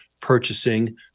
purchasing